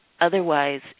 otherwise